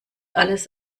alles